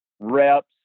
reps